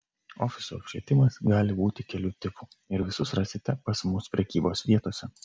ofisų apšvietimas gali būti kelių tipų ir visus rasite pas mus prekybos vietose